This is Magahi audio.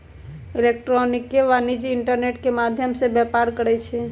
इलेक्ट्रॉनिक वाणिज्य इंटरनेट के माध्यम से व्यापार करइ छै